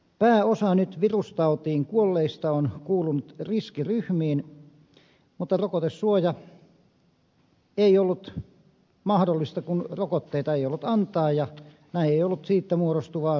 pääosa nyt virustautiin kuolleista on kuulunut riskiryhmiin mutta rokotesuoja ei ollut mahdollista kun rokotteita ei ollut antaa ja näin ei ollut siitä muodostuvaa suojaakaan